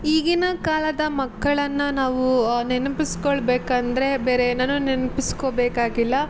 ಈಗಿನ ಕಾಲದ ಮಕ್ಕಳನ್ನು ನಾವು ನೆನಪಿಸಿಕೊಳ್ಬೇಕಂದ್ರೆ ಬೇರೆ ಏನನ್ನೂ ನೆನಪಿಸಿಕೊಬೇಕಾಗಿಲ್ಲ